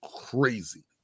crazy